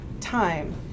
time